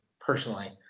personally